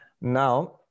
Now